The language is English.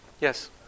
Yes